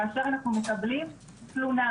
כאשר אנחנו מקבלים תלונה.